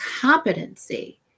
competency